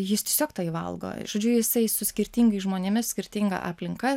jis tiesiog tai valgo žodžiu jisai su skirtingais žmonėmis skirtinga aplinka